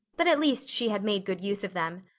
but at least she had made good use of them.